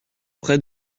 près